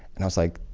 and i was like,